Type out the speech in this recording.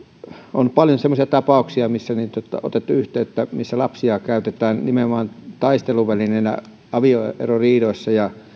on paljon semmoisia tapauksia joista on otettu yhteyttä joissa lapsia käytetään nimenomaan taisteluvälineenä avioeroriidoissa ja